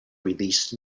released